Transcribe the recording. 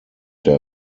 der